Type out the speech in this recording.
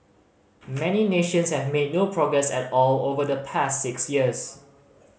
many nations have made no progress at all over the past six years